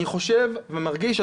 אני חושב ומרגיש,